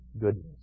goodness